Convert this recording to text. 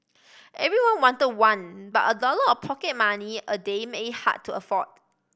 everyone want one but a dollar or pocket money a day made it hard to afford